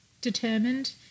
determined